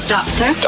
Doctor